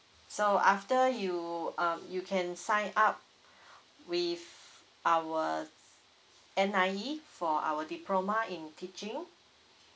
so after you um you can sign up with our N_I_E for our diploma in teaching